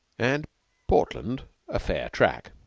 and portland a fair track.